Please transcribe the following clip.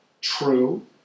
true